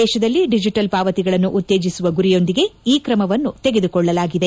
ದೇಶದಲ್ಲಿ ಡಿಜಿಟಲ್ ಪಾವತಿಗಳನ್ನು ಉತ್ತೇಜಿಸುವ ಗುರಿಯೊಂದಿಗೆ ಈ ಕ್ರಮವನ್ನು ತೆಗೆದುಕೊಳ್ಳಲಾಗಿದೆ